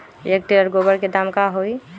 एक टेलर गोबर के दाम का होई?